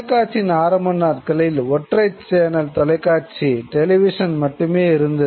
தொலைக்காட்சியின் ஆரம்ப நாட்களில் ஒற்றை சேனல் தொலைக்காட்சி மட்டுமே இருந்தது